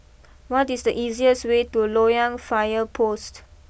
what is the easiest way to Loyang fire post